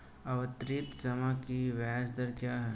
आवर्ती जमा की ब्याज दर क्या है?